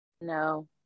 No